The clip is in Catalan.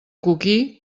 coquí